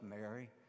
Mary